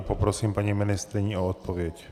Poprosím paní ministryni o odpověď.